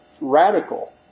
radical